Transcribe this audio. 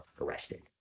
arrested